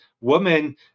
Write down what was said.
woman